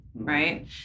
Right